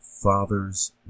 father's